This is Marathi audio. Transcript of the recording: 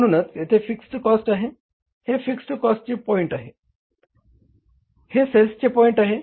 म्हणून येथे फिक्स्ड कॉस्ट आहे हे फिक्स्ड कॉस्टचे पॉईंट आहे हे सेल्सचे पॉईंट आहे